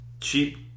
cheap